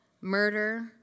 murder